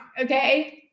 okay